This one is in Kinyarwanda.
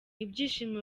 ibyishimo